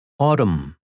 Autumn